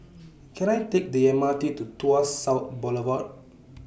Can I Take The M R T to Tuas South Boulevard